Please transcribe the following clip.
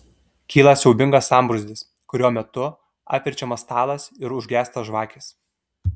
kyla siaubingas sambrūzdis kurio metu apverčiamas stalas ir užgęsta žvakės